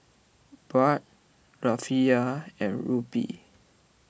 Baht Rufiyaa and Rupee